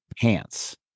Pants